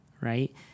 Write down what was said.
right